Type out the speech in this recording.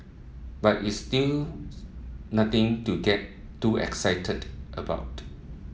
but it's still nothing to get too excited about